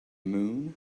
moon